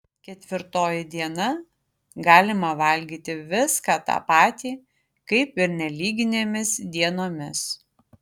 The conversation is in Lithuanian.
ketvirtoji diena galima valgyti viską tą patį kaip ir nelyginėmis dienomis